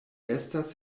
estas